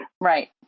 Right